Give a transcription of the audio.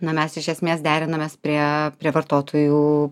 na mes iš esmės derinamės prie prie vartotojų